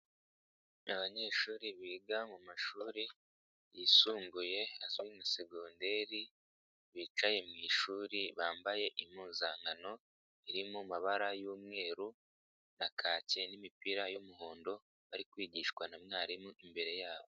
Abanyeshuri biga mu mashuri yisumbuye asa na segonderi, bicaye mu ishuri bambaye impuzankano iri mu mabara y'umweru na kake n'imipira y'umuhondo, bari kwigishwa na mwarimu imbere yabo.